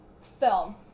film